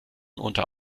unter